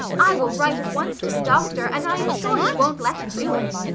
i will write at once to the doctor and i am sure he won't let you do it.